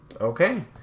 Okay